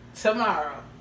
tomorrow